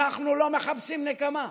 אנחנו לא מחפשים נקמה.